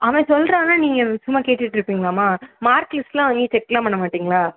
அவன் சொல்லுறானா நீங்கள் சும்மா கேட்டுட்ருப்பீங்களாம்மா மார்க் லிஸ்ட்லாம் வாங்கி செக்லாம் பண்ண மாட்டிங்களா